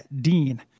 Dean